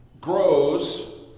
grows